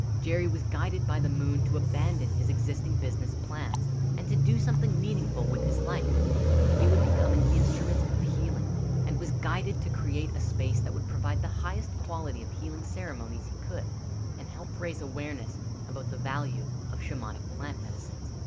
jerry was guided by the moon to abandon his existing business plans and to do something meaningful with his life he would become an instrument of healing and was guided to create a space that would provide the highest quality of healing ceremonies he could and help raise awareness about the value of shamanic plant medicine